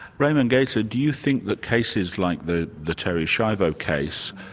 raimond gaita do you think that cases like the the terri schiavo case,